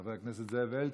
חבר הכנסת זאב אלקין,